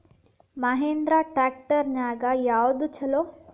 Mahindra tractor ನ್ಯಾಗ ಯಾವ್ದ ಛಲೋ?